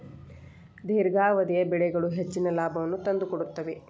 ದೇರ್ಘಾವಧಿಯ ಬೆಳೆಗಳು ಹೆಚ್ಚಿನ ಲಾಭವನ್ನು ತಂದುಕೊಡುತ್ತವೆ